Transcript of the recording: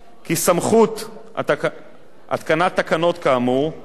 התקנת תקנות כאמור כוללת גם סמכות